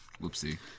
Whoopsie